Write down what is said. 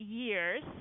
years